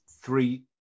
three